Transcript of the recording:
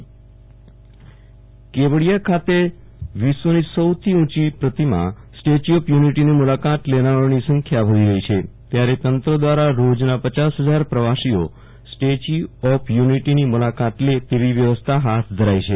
Viral Rana statue of unity Kevadia ખાતે વિશ્વની સૌથી ઉંચી પ્રતિમા સ્ટેચ્યુ ઓફ યુનિટીની મુલાકાત લેનારાઓની સંખ્યા વધી રહી છે ત્યારે તંત્ર દ્વારા રોજના પચાસ હજાર પ્રવાસીઓ સ્ટેચ્યુ ઓફ યુનિટીની મુલાકાત લે તેવી વ્યવસ્થા હાથ ધરાઈ છે